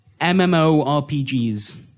MMORPGs